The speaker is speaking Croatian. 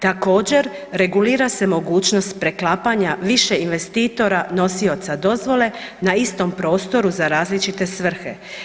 Također regulira se mogućnost preklapanja više investitora nosioca dozvole na istom prostoru za različite svrhe.